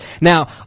Now